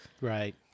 Right